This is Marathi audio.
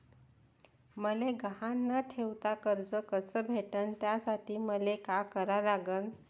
मले गहान न ठेवता कर्ज कस भेटन त्यासाठी मले का करा लागन?